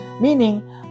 Meaning